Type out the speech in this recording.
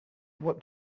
what